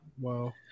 Wow